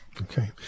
Okay